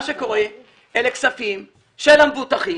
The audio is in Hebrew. אלה כספים של המבוטחים,